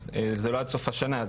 זה לא עד סוף השנה,